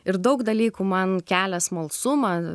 ir daug dalykų man kelia smalsumą